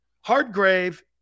Hardgrave